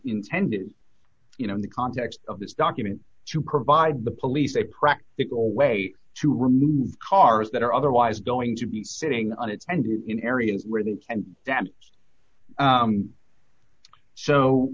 intended you know in the context of this document to provide the police a practical way to remove cars that are otherwise going to be sitting on it ended in areas where they can